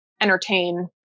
entertain